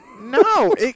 No